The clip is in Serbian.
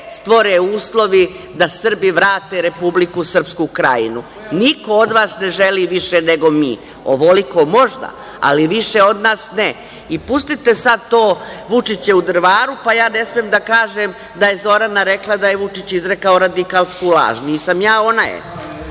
stvore uslovi da Srbi vrate Republiku Srpsku Krajinu. Niko od vas ne želi više nego mi. Ovoliko možda, ali više od nas ne. Pustite sada to Vučić je u Drvaru, pa ja ne smem da kažem da je Zorana Rekla da je Vučić izrekao radikalsku laž. Nisam ja, ona je.